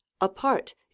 Apart